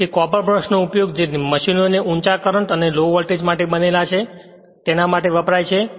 તેથી કોપર બ્રશનો ઉપયોગ જે મશીનો તે ઊંચા કરંટ અને લો વોલ્ટેજ માટે બનેલા છે તેના માટે વપરાય છે